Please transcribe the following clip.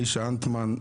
אלישע אנטמן,